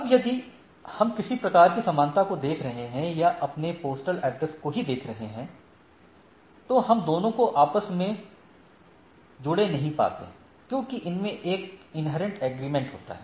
अब यदि हम किसी प्रकार की समानता को देख रहे हैं या अपने पोस्टल एड्रेस को ही देख रहे हैं तों हम दोनों को आपस में जुड़ नहीं पाते क्योंकि इनमें एक इन्हेरेंट एग्रीगेशन होता है